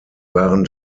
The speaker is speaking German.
waren